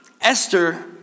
Esther